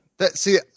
See